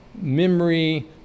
memory